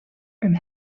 een